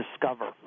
discover